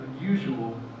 unusual